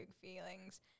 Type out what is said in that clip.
feelings